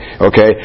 okay